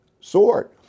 sword